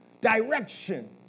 Direction